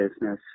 business